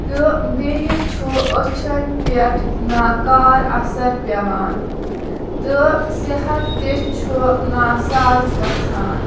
تہٕ بیٚیہِ چھُ أچھن پٮ۪ٹھ ناکار اَثر پیٚوان تہٕ صحت تہِ چھُ ناساز گژھان